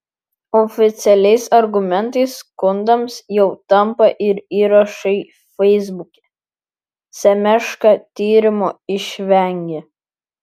oficialiais argumentais skundams jau tampa ir įrašai feisbuke semeška tyrimo išvengė